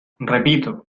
repito